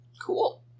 Cool